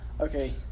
Okay